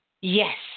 Yes